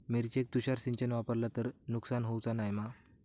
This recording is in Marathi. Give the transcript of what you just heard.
मिरचेक तुषार सिंचन वापरला तर काय नुकसान होऊचा नाय मा?